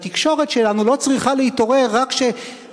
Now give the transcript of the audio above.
והתקשורת שלנו לא צריכה להתעורר רק כאשר